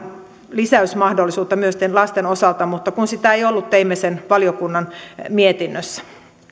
lisäysmahdollisuutta myös lasten osalta mutta kun sitä ei ollut teimme sen valiokunnan mietinnössä